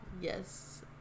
yes